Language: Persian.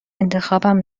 انتخابم